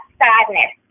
sadness